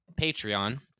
Patreon